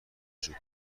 وجود